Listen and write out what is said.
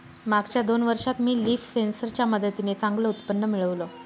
मागच्या दोन वर्षात मी लीफ सेन्सर च्या मदतीने चांगलं उत्पन्न मिळवलं